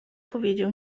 powiedział